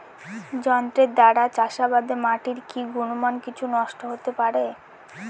যন্ত্রের দ্বারা চাষাবাদে মাটির কি গুণমান কিছু নষ্ট হতে পারে?